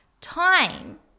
time